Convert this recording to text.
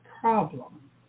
problem